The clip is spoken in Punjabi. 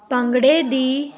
ਭੰਗੜੇ ਦੀ